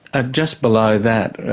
ah just below that